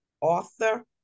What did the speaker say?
author